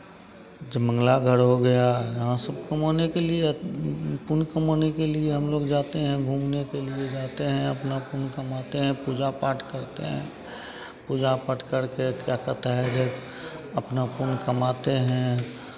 जयमंगला गढ़ हो गया यहाँ सब कमाने के लिए पुण्य कमाने के लिए हम लोग जाते हैं घूमने के लिए जाते हैं अपना पुण्य कमाते हैं पूजा पाठ करते हैं पूजा पाठ करके क्या कहता है जे अपना पुण्य कमाते हैं